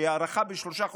היא הארכה בשלושה חודשים,